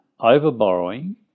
overborrowing